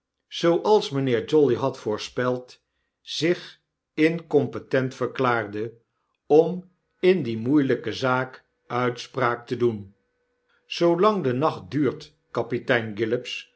zooals mijnheer jolly had voorspeld zich incompetent verklaarde om in die moeielyke zaak uitspraak te doen zoolang de nacht duurt kapitein